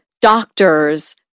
doctors